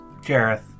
Jareth